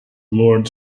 lord